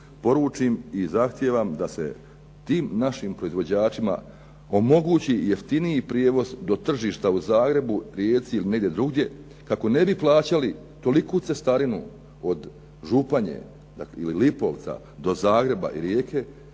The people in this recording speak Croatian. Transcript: poručim i zahtijevam da se tim našim proizvođačima omogući jeftiniji prijevoz do tržišta u Zagrebu, Rijeci ili negdje drugdje kako ne bi plaćali toliku cestarinu od Županije ili Lipovca do Zagreba i Rijeke